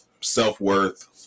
self-worth